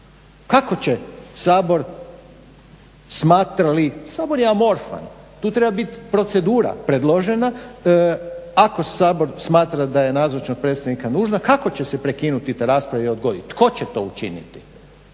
kako će Sabor smatra li, Sabor je amorfan, tu treba biti procedura predložena ako Sabor smatra da je nazočnost predsjednika nužna, kako će se prekinuti ta rasprava i odgoditi. Tko će to učiniti?